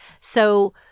So-